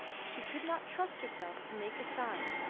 she could not trust herself to make a sign,